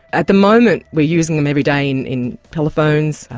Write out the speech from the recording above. at the moment we are using them every day and in telephones,